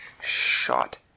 shot